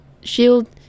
shield